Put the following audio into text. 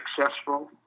successful